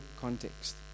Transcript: context